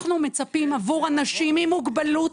אנחנו מצפים עבור אנשים עם מוגבלות